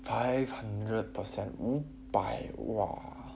five hundred percent 五百 !wah!